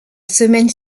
semaine